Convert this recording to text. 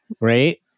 right